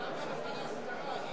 אבל למה לך להשכרה?